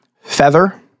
feather